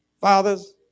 Fathers